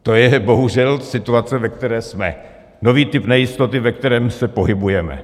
To je bohužel situace, ve které jsme, nový typ nejistoty, ve kterém se pohybujeme.